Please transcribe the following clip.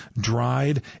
dried